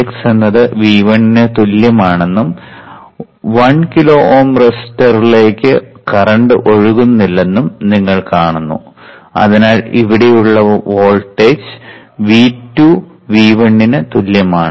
Vx എന്നത് V1 ന് തുല്യമാണെന്നും 1 കിലോ Ω റെസിസ്റ്ററിലേക്ക് കറന്റ് ഒഴുകുന്നില്ലെന്നും നിങ്ങൾ കാണുന്നു അതിനാൽ ഇവിടെയുള്ള V2 വോൾട്ടേജ് V1 ന് തുല്യമാണ്